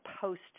post